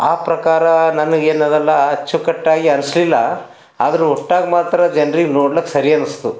ಆ ಪ್ರಕಾರ ನನಗೆ ಏನು ಅದಲ ಅಚ್ಚುಕಟ್ಟಾಗಿ ಅನ್ನಿಸ್ಲಿಲ್ಲ ಆದರು ಒಟ್ಟಾಗಿ ಮಾತ್ರ ಜನ್ರಿಗೆ ನೋಡ್ಲಿಕ್ಕೆ ಸರಿ ಅನ್ನಿಸ್ತು